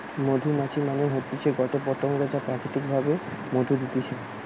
মধুমাছি মানে হতিছে গটে পতঙ্গ যা প্রাকৃতিক ভাবে মধু দিতেছে